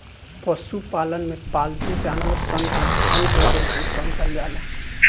पशुपालन में पालतू जानवर सन के धन के जइसन समझल जाला